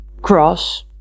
cross